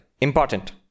Important